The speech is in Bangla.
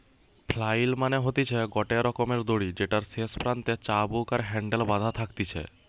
ফ্লাইল মানে হতিছে গটে রকমের দড়ি যেটার শেষ প্রান্তে চাবুক আর হ্যান্ডেল বাধা থাকতিছে